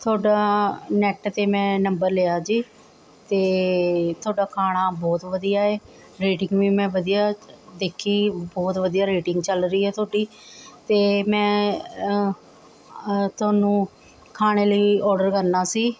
ਤੁਹਾਡਾ ਨੈੱਟ 'ਤੇ ਮੈਂ ਨੰਬਰ ਲਿਆ ਜੀ ਅਤੇ ਤੁਹਾਡਾ ਖਾਣਾ ਬਹੁਤ ਵਧੀਆ ਏ ਰੇਟਿੰਗ ਵੀ ਮੈਂ ਵਧੀਆ ਦੇਖੀ ਬਹੁਤ ਵਧੀਆ ਰੇਟਿੰਗ ਚੱਲ ਰਹੀ ਹੈ ਤੁਹਾਡੀ ਅਤੇ ਮੈਂ ਤੁਹਾਨੂੰ ਖਾਣੇ ਲਈ ਔਡਰ ਕਰਨਾ ਸੀ